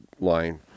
line